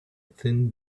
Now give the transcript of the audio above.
thin